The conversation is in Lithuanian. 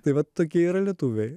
tai va tokie yra lietuviai